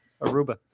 Aruba